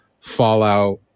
Fallout